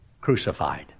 crucified